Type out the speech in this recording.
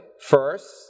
First